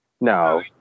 No